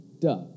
duh